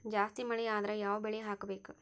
ಜಾಸ್ತಿ ಮಳಿ ಆದ್ರ ಯಾವ ಬೆಳಿ ಹಾಕಬೇಕು?